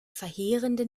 verheerende